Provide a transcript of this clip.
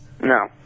No